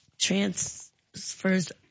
transfers